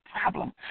problem